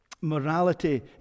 morality